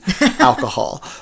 alcohol